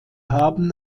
haben